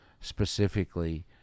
specifically